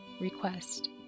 request